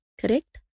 Correct